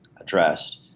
addressed